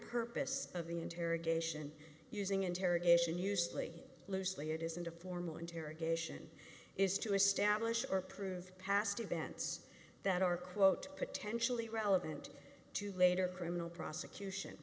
purpose of the interrogation using interrogation usually loosely it isn't a formal interrogation is to establish or prove past events that are quote potentially relevant to later criminal prosecution